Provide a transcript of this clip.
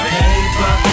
paper